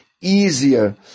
easier